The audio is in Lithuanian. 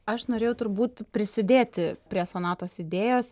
aš norėjau turbūt prisidėti prie sonatos idėjos